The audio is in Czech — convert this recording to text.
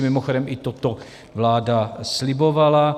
Mimochodem i toto vláda slibovala.